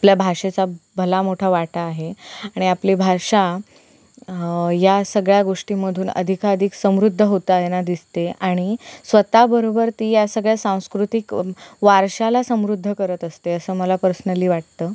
आपल्या भाषेचा भला मोठा वाटा आहे आणि आपली भाषा या सगळ्या गोष्टीमधून अधिकाधिक समृद्ध होताना दिसते आणि स्वतःबरोबर ती या सगळ्या सांस्कृतिक वारशाला समृद्ध करत असते असं मला पर्सनली वाटतं